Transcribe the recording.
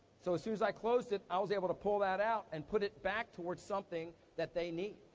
so, as soon as i closed it, i was able to pull that out and put it back towards something that they need.